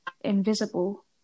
invisible